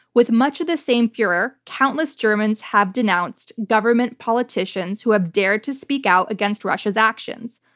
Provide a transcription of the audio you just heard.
with much of the same furor, countless germans have denounced government politicians who have dared to speak out against russia's actions.